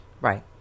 Right